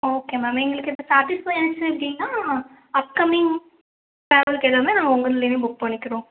okay ma'am எங்களுக்கு satisfy ஆச்சு அப்படின்னா அப் கம்மிங் ட்ராவல்க்கு எல்லாமே நாங்கள் உங்கள் இதுலருந்தே புக் பண்ணிக்கிறோம்